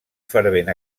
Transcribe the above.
fervent